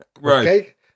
Right